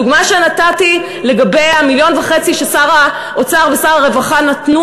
הדוגמה שנתתי לגבי 1.5 המיליון ששר האוצר ושר הרווחה נתנו